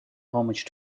homage